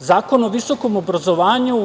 Zakon o visokom obrazovanju